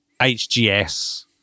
HGS